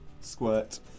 Squirt